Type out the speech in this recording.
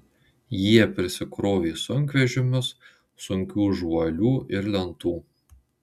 jie prisikrovė sunkvežimius sunkių žuolių ir lentų